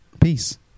Peace